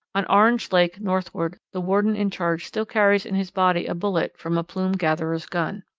on orange lake, northward, the warden in charge still carries in his body a bullet from a plume gatherer's gun.